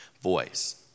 voice